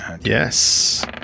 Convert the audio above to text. Yes